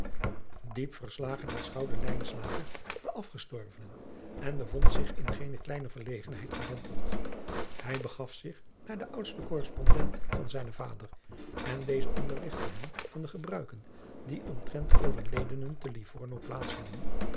diep verslagen aanschouwde lijnslager den afgestorvenen en bevond zich in geene kleine verlegenadriaan loosjes pzn het leven van maurits lijnslager heid gedompeld hij begaf zich naar den oudsten korrespondent van zijnen vader en deze onderrigtte hem van de gebruiken die omtrent overledenen te livorno plaats hadden